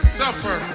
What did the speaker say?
suffer